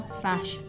slash